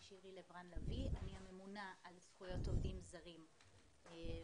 אני הממונה על זכויות עובדים זרים בעבודה,